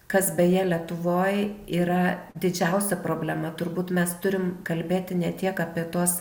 kas beje lietuvoj yra didžiausia problema turbūt mes turim kalbėti ne tiek apie tuos